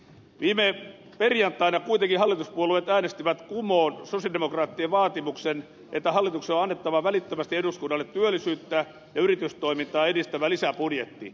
viime perjantaina kuitenkin hallituspuolueet äänestivät kumoon sosialidemokraattien vaatimuksen että hallituksen on annettava välittömästi eduskunnalle työllisyyttä ja yritystoimintaa edistävä lisäbudjetti